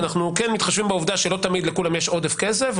כי אנחנו כן מתחשבים בעובדה שלא תמיד לכולם יש עודף כסף,